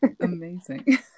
amazing